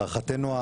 הערכתנו,